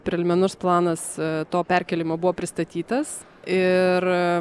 prelimenarus planas to perkėlimo buvo pristatytas ir